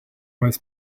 was